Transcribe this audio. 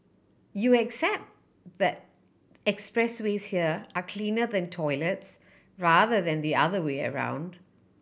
you accept that expressways here are cleaner than toilets rather than the other way around